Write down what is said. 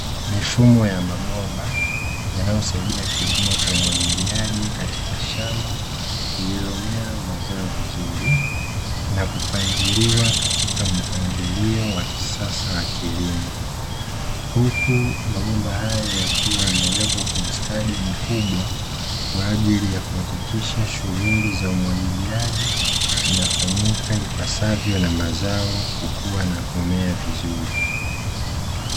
Mifumo ya mabomba, yanayosaidia kilimo cha umwagiliaji katika shamba, lililomea mazao vizuri na kupangiliwa katika mpangilio wa kisasa wa kilimo. Huku, mabomba hayo yakiwa yamewekwa kwa ustadi mkubwa, kwa ajili ya kuhakikisha shughuli za umwagiliaji, zinafanyika ipasavyo na mazao kukua na kumea vizuri.